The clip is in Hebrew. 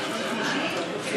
לא, תעצור את השעון, בבקשה.